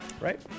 right